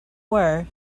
were